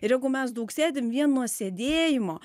ir jeigu mes daug sėdim vien nuo sėdėjimo